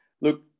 Look